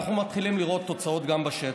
ואנחנו מתחילים לראות תוצאות גם בשטח: